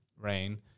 rain